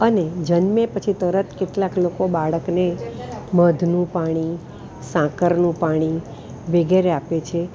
અને જન્મે પછી તરત કેટલાંક લોકો બાળકને મધનું પાણી સાકરનું પાણી વગેરે આપે છે